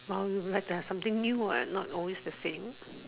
well you have to have something new what not always the same